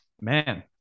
Man